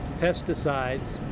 pesticides